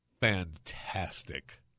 fantastic